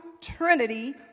Trinity